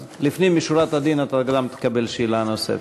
אז לפנים משורת הדין אתה גם תקבל שאלה נוספת.